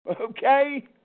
Okay